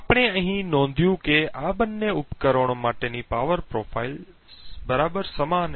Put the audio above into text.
આપણે અહીં નોંધ્યું કે આ બંને ઉપકરણો માટેની પાવર પ્રોફાઇલ બરાબર સમાન છે